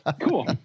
cool